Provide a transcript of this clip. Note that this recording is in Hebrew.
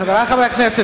חברי חברי הכנסת,